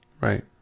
Right